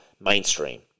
mainstream